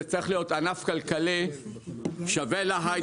זה צריך להיות ענף כלכלי שווה להייטק.